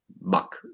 muck